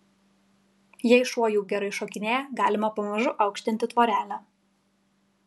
jei šuo jau gerai šokinėja galima pamažu aukštinti tvorelę